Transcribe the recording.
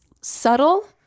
subtle